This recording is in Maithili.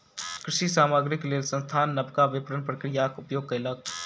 कृषि सामग्रीक लेल संस्थान नबका विपरण प्रक्रियाक उपयोग कयलक